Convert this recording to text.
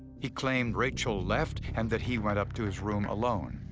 he claimed rachel left and that he went up to his room alone.